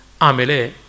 Amele